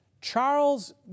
Charles